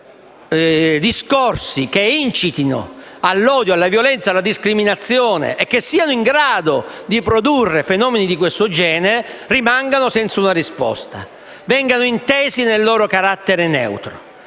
che discorsi che incitino all'odio, alla violenza o alla discriminazione e siano in grado di produrre fenomeni di questo genere rimangano senza una risposta e vengano intesi nel loro carattere neutro.